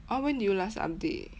ah when did you last update